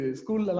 school